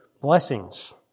blessings